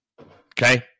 okay